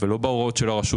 ולא בהוראות של הרשות,